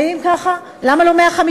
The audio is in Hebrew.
ואם ככה, למה לא 150?